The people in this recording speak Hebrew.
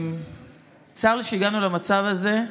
צר לי שהגענו למצב הזה.